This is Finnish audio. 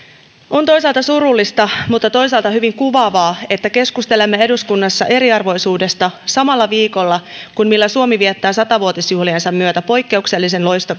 on toisaalta surullista mutta toisaalta hyvin kuvaavaa että keskustelemme eduskunnassa eriarvoisuudesta samalla viikolla millä suomi viettää satavuotisjuhliensa myötä poikkeuksellisen loistokasta ja